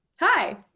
hi